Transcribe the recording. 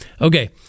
Okay